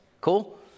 Cool